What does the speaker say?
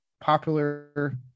popular